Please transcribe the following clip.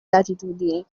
latitudini